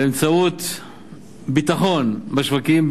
באמצעות ביטחון בשווקים,